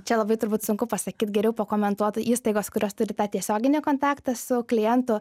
čia labai turbūt sunku pasakyt geriau pakomentuotų įstaigos kurios turi tą tiesioginį kontaktą su klientu